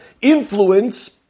influence